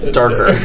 darker